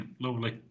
Lovely